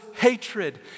hatred